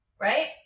right